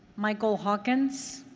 michael hawkins?